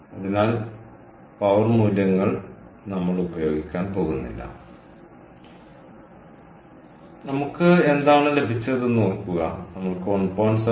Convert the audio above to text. അതിനാൽ നിങ്ങളാണെങ്കിൽ പവർ മൂല്യങ്ങൾ പവർ മൂല്യങ്ങൾ നമ്മൾ ഉപയോഗിക്കാൻ പോകുന്നില്ല നമുക്ക് എന്താണ് ലഭിച്ചത് എന്ന് ഓർക്കുക നമ്മൾക്ക് 1